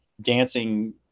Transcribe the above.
dancing